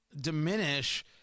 diminish